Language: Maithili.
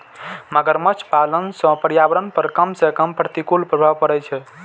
मगरमच्छ पालन सं पर्यावरण पर कम सं कम प्रतिकूल प्रभाव पड़ै छै